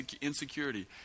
insecurity